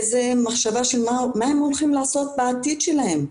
איזו מחשבה של מה הם הולכים לעשות בעתיד שלהם.